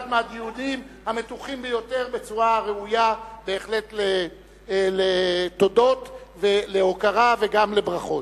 מהדיונים המתוחים ביותר בצורה הראויה בהחלט לתודות ולהוקרה וגם לברכות.